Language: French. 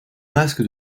masque